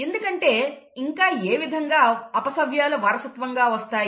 ఎందుకంటే ఇంకా ఏ విధంగా అపసవ్యాలు వారసత్వంగా వస్తాయి